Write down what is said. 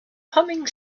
humming